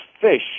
fish